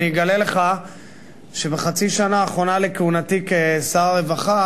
אני אגלה לך שבחצי השנה האחרונה לכהונתי כשר הרווחה